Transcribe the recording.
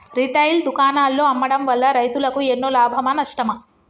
Retail దుకాణాల్లో అమ్మడం వల్ల రైతులకు ఎన్నో లాభమా నష్టమా?